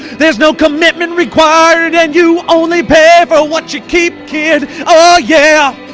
there's no commitment required and you only pay for what you keep, kid, oh yeah